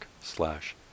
slash